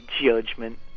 judgment